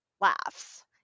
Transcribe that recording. laughs